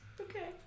Okay